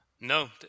No